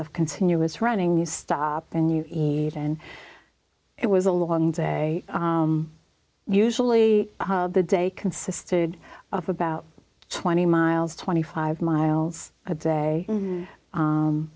of continuous running you stop and you eat and it was a long usually the day consisted of about twenty miles twenty five miles a day